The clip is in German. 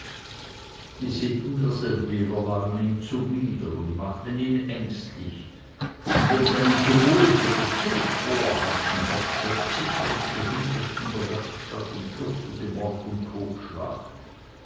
die sitten der seldwyler waren ihm zuwider und machten ihn ängstlich und wenn sie einen tumult oder zug vorhatten hockte er zitternd zuhinterst in der werkstatt und fürchtete mord und totschlag